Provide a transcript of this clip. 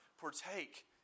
partake